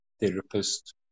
therapist